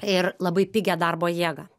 ir labai pigią darbo jėgą